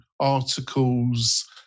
articles